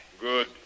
Good